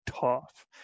tough